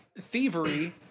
thievery